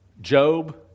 Job